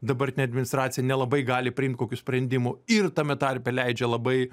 dabartinė administracija nelabai gali priimt kokių sprendimų ir tame tarpe leidžia labai